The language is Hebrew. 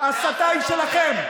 ההסתה היא שלכם.